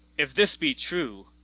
if this be true,